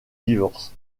divorce